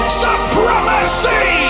supremacy